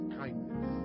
kindness